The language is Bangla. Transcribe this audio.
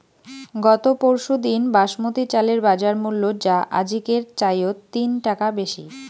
গত পরশুদিন বাসমতি চালের বাজারমূল্য যা আজিকের চাইয়ত তিন টাকা বেশি